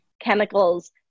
chemicals